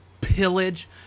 pillage